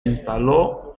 instaló